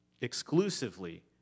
exclusively